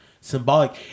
symbolic